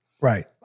Right